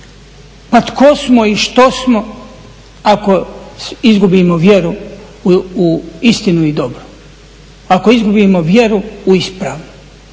Pa tko smo i što smo ako izgubimo vjeru i istinu i dobro? Ako izgubimo vjeru u ispravno?